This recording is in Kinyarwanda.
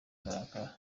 ukarakara